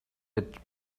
with